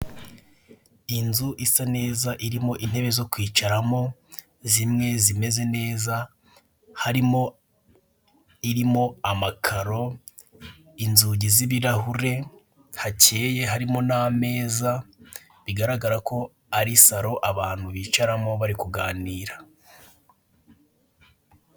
Inzu isa neza irimo intebe zo kwicaramo zimwe zimeze neza harimo irimo amakaro, inzugi z'ibirahure, hakeye harimo n'ameza, bigaragare ko ari salo abantu bicaramo bari kuganira.